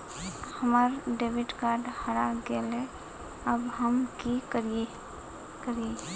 हमर debit card हरा गेले अब हम की करिये?